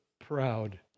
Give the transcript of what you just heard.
proud